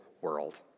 world